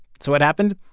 so what happened?